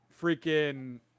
freaking